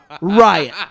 Riot